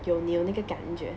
有你有那个感觉